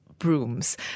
Brooms